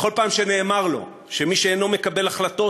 בכל פעם שנאמר לו שמי שאינו מקבל החלטות,